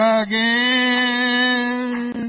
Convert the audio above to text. again